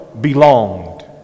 belonged